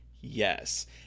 Yes